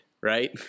right